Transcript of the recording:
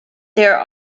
there